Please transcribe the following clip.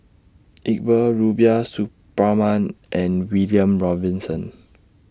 Iqbal Rubiah Suparman and William Robinson